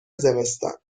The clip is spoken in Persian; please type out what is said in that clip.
زمستان